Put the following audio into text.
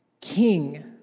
king